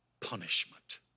punishment